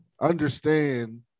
understand